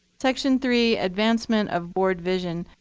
section three, advancement of board vision.